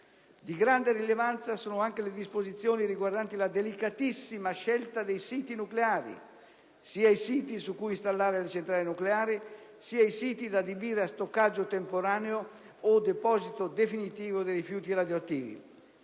Di grande rilevanza sono anche le disposizioni riguardanti la delicatissima scelta dei siti nucleari (sia i siti su cui installare le centrali nucleari, sia i siti da adibire a stoccaggio temporaneo o deposito definitivo dei rifiuti radioattivi).